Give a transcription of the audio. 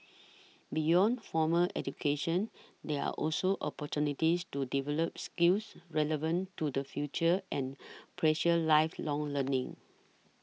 beyond formal education there are also opportunities to develop skills relevant to the future and pursue lifelong learning